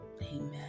Amen